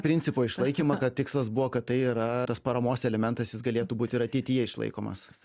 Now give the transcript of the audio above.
principo išlaikymą kad tikslas buvo kad tai yra tas paramos elementas jis galėtų būt ir ateityje išlaikomas